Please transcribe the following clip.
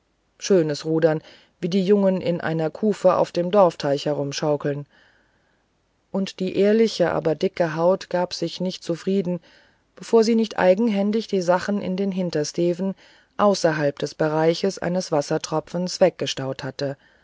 schönes rudern wie die jungen in einer kufe auf dem dorfteich umherschaukeln und die ehrliche aber dicke haut gab sich nicht zufrieden bevor sie nicht eigenhändig die sachen in den hintersteven außerhalb des bereiches eines wassertropfens weggestaut hatte